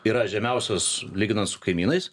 yra žemiausios lyginant su kaimynais